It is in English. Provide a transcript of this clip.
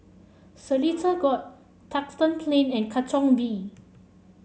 Seletar Court Duxton Plain and Katong V